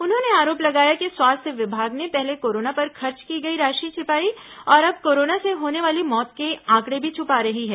उन्होंने आरोप लगाया कि स्वास्थ्य विभाग ने पहले कोरोना पर खर्च की गई राशि छिपाई और अब कोरोना से होने वाली मौत के आंकड़े भी छपा रही है